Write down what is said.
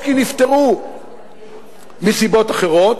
או כי נפטרו מסיבות אחרות,